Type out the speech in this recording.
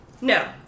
No